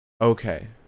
okay